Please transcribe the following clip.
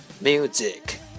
Music